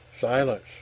Silence